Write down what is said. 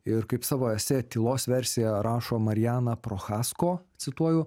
ir kaip savo esė tylos versija rašo mariana prochasko cituoju